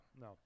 no